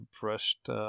brushed